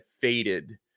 faded